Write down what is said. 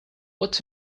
what